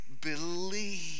believe